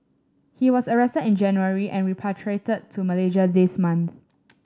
he was arrested in January and repatriated to Malaysia this month